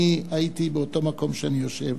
אני הייתי באותו מקום שאני יושב,